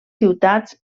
ciutats